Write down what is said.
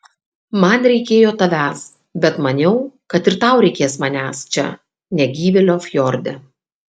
man reikėjo tavęs bet maniau kad ir tau reikės manęs čia negyvėlio fjorde